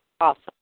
awesome